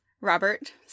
Robert